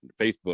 Facebook